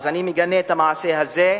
אני מגנה את המעשה הזה,